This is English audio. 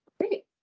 great